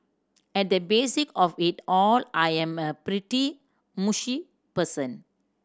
at the basic of it all I am a pretty mushy person